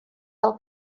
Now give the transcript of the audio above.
del